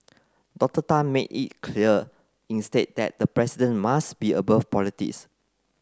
Doctor Tang made it clear instead that the president must be above politics